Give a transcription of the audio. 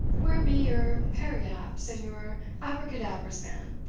where be your periapts, and your abracadabras man?